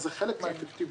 זה חלק מהאפקטיביות.